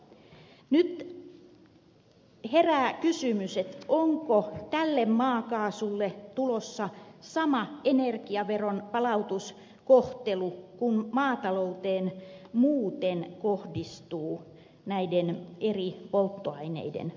nyt herää kysymys onko tälle maakaasulle tulossa sama energiaveron palautuskohtelu kuin maatalouteen muuten kohdistuu näiden eri polttoaineiden osalta